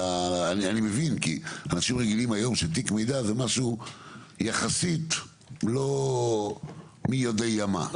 אני מבין כי אנשים רגילים היום שתיק מידע זה משהו יחסית לא מי יודע מה,